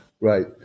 Right